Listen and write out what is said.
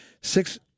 Six